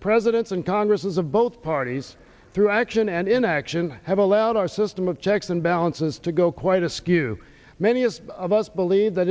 presidents and congresses of both parties through action and inaction have allowed our system of checks and balances to go quite askew many of us believe that